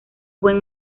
buen